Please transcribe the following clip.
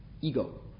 ego